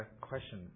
question